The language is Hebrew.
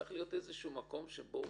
צריך להיות מקום שאומרים,